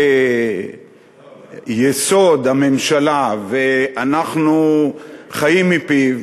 חוק-יסוד: הממשלה, ואנחנו חיים מפיו,